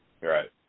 Right